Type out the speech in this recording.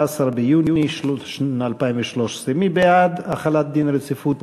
ביוני 2013. מי בעד החלת דין רציפות?